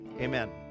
amen